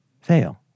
fail